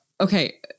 okay